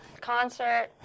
concert